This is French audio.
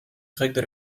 grecque